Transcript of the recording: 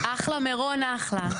"אחלה מירון, אחלה".